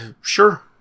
sure